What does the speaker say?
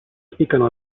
spiccano